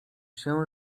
się